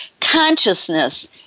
consciousness